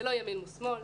זה לא ימין ושמאל.